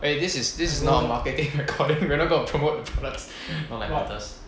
eh this is this is not a marketing recording we're not gonna promote the products not like it matters